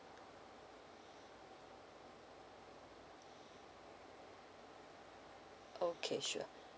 okay sure